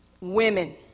Women